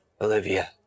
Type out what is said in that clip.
olivia